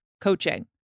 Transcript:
coaching